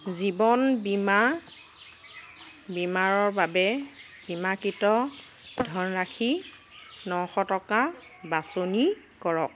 জীৱন বীমা বীমাৰ বাবে বীমাকৃত ধনৰাশি নশ টকা বাছনি কৰক